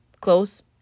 close